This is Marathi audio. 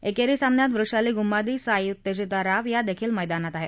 एकेरी सामन्यात वृषाली गुम्मादी साईउत्तेजिता राव यादेखील मैदानात आहेत